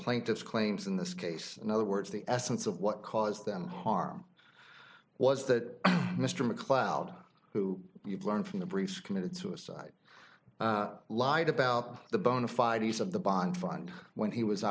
plaintiff's claims in this case in other words the essence of what cause them harm was that mr macleod who you've learned from the brief committed suicide lied about the bona fide use of the bond fund when he was